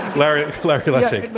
larry larry lessig.